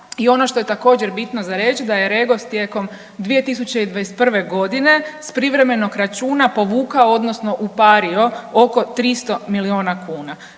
i ono što je također, bitno za reći, da je REGOS tijekom 2021. g. s privremenog računa povukao odnosno upario oko 300 milijuna kuna.